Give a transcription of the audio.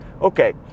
Okay